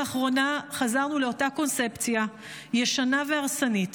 לאחרונה חזרנו לאותה קונספציה ישנה והרסנית,